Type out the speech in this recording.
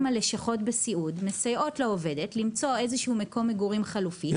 לשכות הסיעוד מסייעות לעובדת למצוא מקום מגורים חלופי,